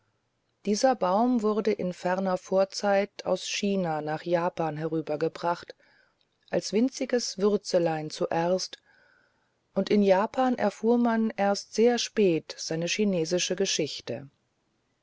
dieser baum wurde in ferner vorzeit aus china nach japan herüber gebracht als winziges würzelein zuerst und in japan erfuhr man erst sehr spät seine chinesische geschichte